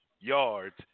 yards